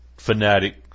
Fanatic